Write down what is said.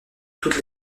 toutes